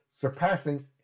surpassing